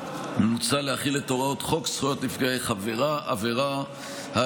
מוצע להחיל את הוראות חוק זכויות נפגעי עבירה על